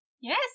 Yes